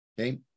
okay